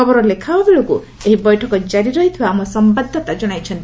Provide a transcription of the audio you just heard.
ଖବର ଲେଖାହେବା ବେଳକୁ ଏହି ବୈଠକ ଜାରି ରହିଥିବା ଆମ ସମ୍ୟାଦଦାତା ଜଣାଇଛନ୍ତି